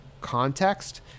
context